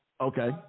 Okay